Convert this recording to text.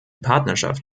partnerschaft